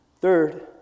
Third